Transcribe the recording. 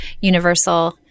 universal